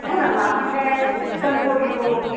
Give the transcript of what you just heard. हो ना मग आपण काय सनकोट घेऊ